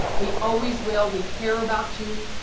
we always will. we care about you.